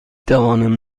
توانم